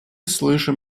слышим